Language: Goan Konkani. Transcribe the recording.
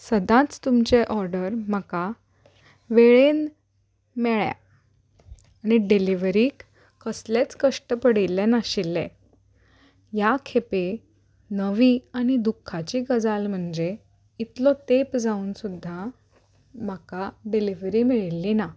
सदांच तुमचे ऑर्डर म्हाका वेळेन मेळ्ळ्या आनी डिलिवरीक कसलेंच कश्ट पडिल्लें नाशिल्ले ह्या खेपे नवी आनी दुख्खाची गजाल म्हणजे इतलो तेप जावन सुद्दा म्हाका डिलिवरी मेळिल्ली ना